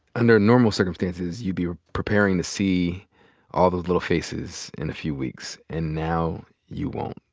under normal circumstances, you'd be preparing to see all those little faces in a few weeks. and now you won't.